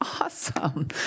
Awesome